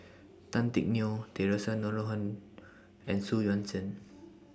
Tan Teck Neo Theresa Noronha and Xu Yuan Zhen